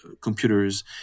Computers